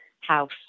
house